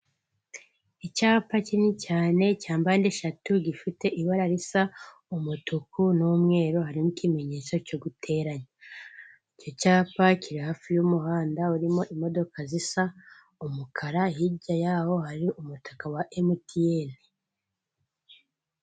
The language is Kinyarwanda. Icyapa kinini cyane cya mpande eshatu, gifite ibara risa umutuku n'umweru, harimo ikimenyetso cyo guteranya. Icyo cyapa, kiri hafi y'umuhanda urimo imodoka zisa umukara, hirya yaho hari umutaka wa MTN.